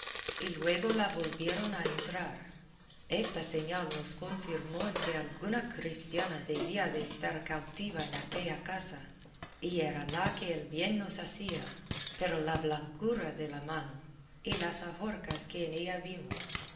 y luego la volvieron a entrar esta señal nos confirmó en que alguna cristiana debía de estar cautiva en aquella casa y era la que el bien nos hacía pero la blancura de la mano y las ajorcas que en ella vimos